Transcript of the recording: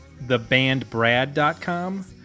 thebandbrad.com